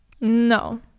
no